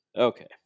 okay